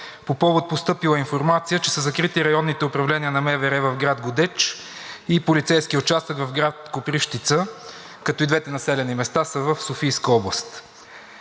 по повод постъпила информация, че са закрити районните управления на МВР в град Годеч и полицейският участък в град Копривщица, като и двете населени места са в Софийска област.